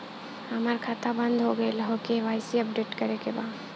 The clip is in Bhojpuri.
हमार खाता बंद हो गईल ह के.वाइ.सी अपडेट करे के बा?